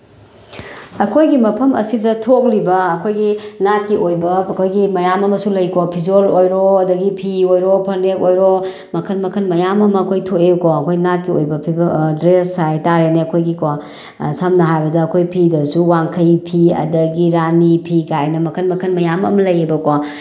ꯑꯩꯈꯣꯏꯒꯤ ꯃꯐꯝ ꯑꯁꯤ ꯊꯣꯛꯂꯤꯕ ꯑꯩꯈꯣꯏꯒꯤ ꯅꯥꯠꯀꯤ ꯑꯣꯏꯕ ꯑꯩꯈꯣꯏꯒꯤ ꯃꯌꯥꯝ ꯑꯃꯁꯨ ꯂꯩꯀꯣ ꯐꯤꯖꯣꯜ ꯑꯣꯏꯔꯣ ꯑꯗꯒꯤ ꯐꯤ ꯑꯣꯏꯔꯣ ꯐꯅꯦꯛ ꯑꯣꯏꯔꯣ ꯃꯈꯟ ꯃꯈꯟ ꯃꯌꯥꯝ ꯑꯃ ꯑꯩꯈꯣꯏ ꯊꯣꯛꯑꯦꯀꯣ ꯑꯩꯈꯣꯏ ꯅꯥꯠꯀꯤ ꯑꯣꯏꯕ ꯗ꯭ꯔꯦꯁ ꯍꯥꯏ ꯇꯥꯔꯦꯅꯦ ꯑꯩꯈꯣꯏꯒꯤꯀꯣ ꯁꯝꯅ ꯍꯥꯏꯔꯕꯗ ꯑꯩꯈꯣꯏ ꯐꯤꯗꯁꯨ ꯋꯥꯡꯈꯩ ꯐꯤ ꯑꯗꯒꯤ ꯔꯥꯅꯤ ꯐꯤ ꯀꯥꯏꯅ ꯃꯈꯟ ꯃꯈꯟ ꯃꯌꯥꯝ ꯑꯃ ꯂꯩꯌꯦꯕꯀꯣ